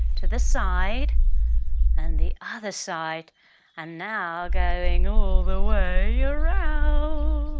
to the side and the other side and now going all the way around.